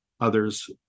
others